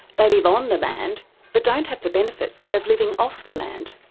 they live on the land but don't have the benefits of living off the land.